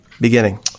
beginning